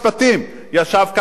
ישב כאן שר המשפטים,